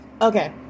Okay